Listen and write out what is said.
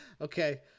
Okay